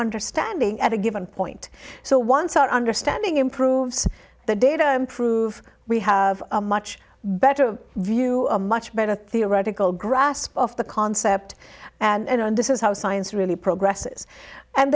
understanding at a given point so once our understanding improves the data improve we have a much better view much better theoretical grasp of the concept and and this is how science really progresses and